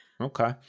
okay